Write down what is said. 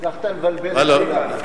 הצלחת לבלבל את כולם.